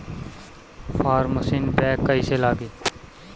Form machine bank कईसे लागी?